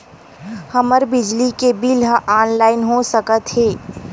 हमर बिजली के बिल ह ऑनलाइन हो सकत हे?